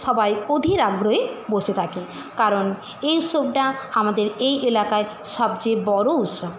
সবাই অধীর আগ্রহে বসে থাকি কারণ এই উৎসবটা আমাদের এই এলাকায় সবচেয়ে বড়ো উৎসব